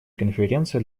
конференция